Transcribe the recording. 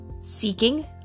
seeking